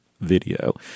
video